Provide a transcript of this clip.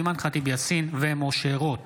אימאן ח'טיב יאסין ומשה רוט